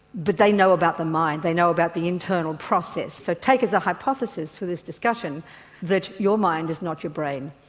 but they know about the mind, they know about the internal process. so take as a hypothesis for this discussion that your mind is not your brain.